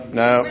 no